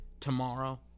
tomorrow